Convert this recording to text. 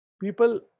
People